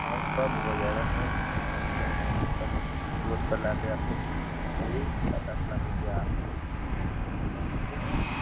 हाँ वह सब हो जाएगा सब इनश्योरेंस में सब रोड पर लाकर आपको वही पचास लाख रूपया में हो जाएगा ठीक है